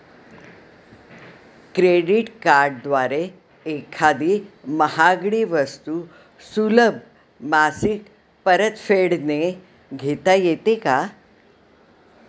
Credit कार्डद्वारे एखादी महागडी वस्तू सुलभ मासिक परतफेडने घेता येते का?